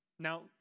Now